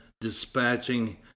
dispatching